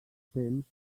temps